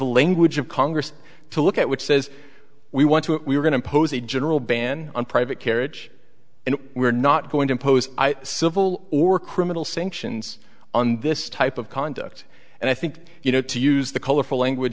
language of congress to look at which says we want to we're going to pose a general ban on private kerridge and we're not going to impose civil or criminal sanctions on this type of conduct and i think you know to use the colorful language